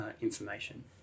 information